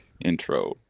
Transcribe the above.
intro